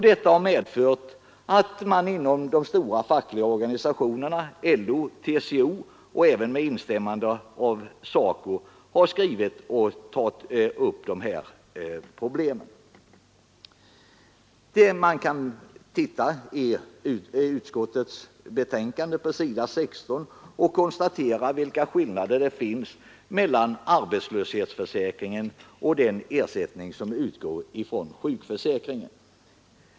Detta har medfört att de stora fackliga organisationerna LO och TCO — med instämmande av SACO =— skrivit och tagit upp de här problemen. Man kan titta i utskottets betänkande på s. 16 och konstatera vilka skillnader som råder mellan arbetslöshetsförsäkringen och den ersättning som utgår från sjukförsäkringen.